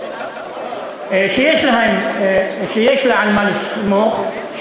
שיש לה על מה לסמוך,